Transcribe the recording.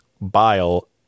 bile